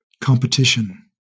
competition